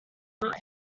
not